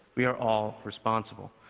we are all responsible.